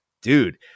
dude